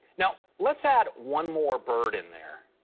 now let's add one more bird in there.